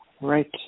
Right